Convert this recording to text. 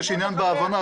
יש עניין בהבנה,